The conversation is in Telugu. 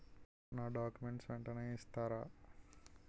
నా డాక్యుమెంట్స్ వెంటనే ఇస్తారా?